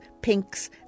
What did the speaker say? pinks